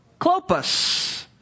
Clopas